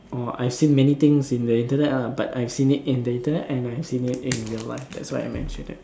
uh I seen many things in the Internet lah but I have seen many things on the Internet and I've seen it in real life that's why I mention it